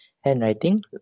handwriting